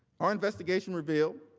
our investigation revealed,